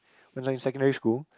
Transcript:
when I was in secondary school